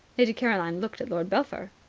lady caroline looked at lord belpher.